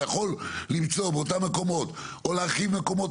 אתה יכול למצוא באותם מקומות או להרחיב מקומות